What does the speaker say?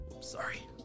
Sorry